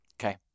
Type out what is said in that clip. Okay